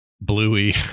bluey